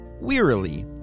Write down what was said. wearily